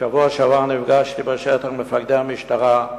בשבוע שעבר נפגשתי בשטח עם מפקדי המשטרה,